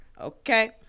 okay